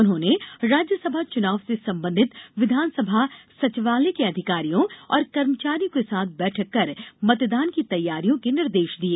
उन्होंने राज्यसभा चुनाव से संबंधित विधानसभा सचिवालय के अधिकारियों और कर्मचारियों के साथ बैठक कर मतदान की तैयारियों के निर्देश दिए